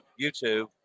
YouTube